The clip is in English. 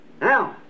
Now